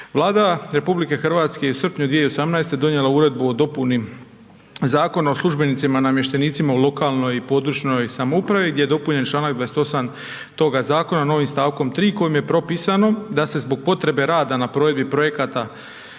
Vlada RH u srpnju 2018. donijela je Uredbu o dopuni Zakonom o službenicima i namještenicima u lokalnoj i područnoj (regionalnoj) samoupravi gdje je dopunjen članak 28. toga zakona novim stavkom 3. kojim je propisano da se zbog potrebe rada na provedbi projekta